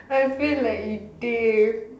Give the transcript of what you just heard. I feel like it's Dave